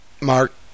Mark